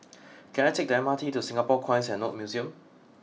can I take the M R T to Singapore Coins and Notes Museum